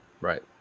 right